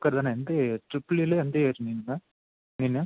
அஸ்கர் தானே எந்த year triple ஈயில் எந்த இயர் நீப்பா நீ